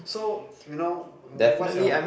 so you know what's your